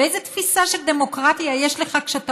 ואיזו תפיסה של דמוקרטיה יש לך כשאתה